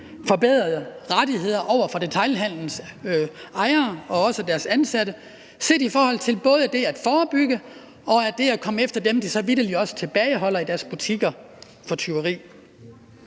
forbedrede rettigheder for detailhandelens ejere og også deres ansatte, både set i forhold til det at forebygge og det at komme efter dem, de så vitterlig også tilbageholder for tyveri